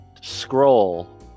scroll